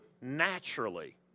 naturally